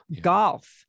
Golf